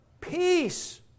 peace